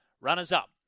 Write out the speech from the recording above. runners-up